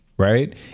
right